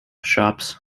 shops